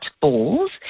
balls